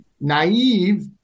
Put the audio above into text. naive